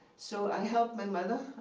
so i helped my mother,